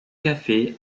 café